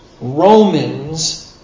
Romans